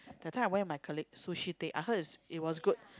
the time I went with my colleagues Sushi Tei I heard is it was good